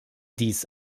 dies